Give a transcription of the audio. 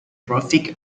traffic